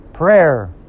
Prayer